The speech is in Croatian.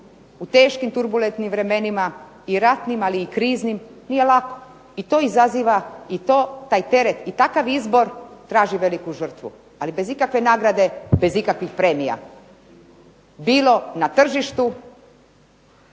u teškim turbulentnim vremenima i ratnim, ali i kriznim nije lako i to izaziva, taj teret i takav izbor traži veliku žrtvu ali bez ikakve nagrade, bez ikakvih premija, bilo na tržištu